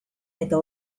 eta